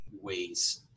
ways